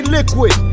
Liquid